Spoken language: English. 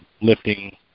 lifting